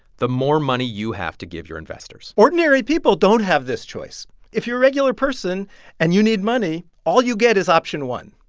the more money you have to give your investors ordinary people don't have this choice. if you're a regular person and you need money, all you get is option one.